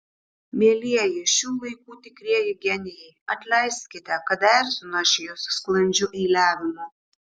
mielieji šių laikų tikrieji genijai atleiskite kad erzinu aš jus sklandžiu eiliavimu